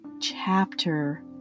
chapter